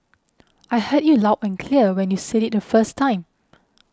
I heard you loud and clear when you said it the first time